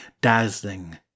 dazzling